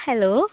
hello